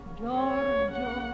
Giorgio